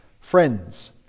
friends